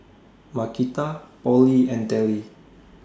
Markita Polly and Telly